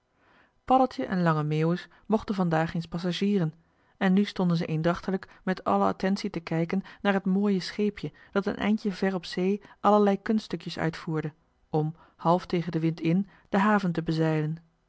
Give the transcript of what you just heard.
en lange meeuwis mochten vandaag eens passagieren en nu stonden ze eendrachtelijk met alle attentie te kijken naar het mooie scheepje dat een eindje ver op zee allerlei kunststukjes uitvoerde om half tegen den wind in de haven te